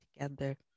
Together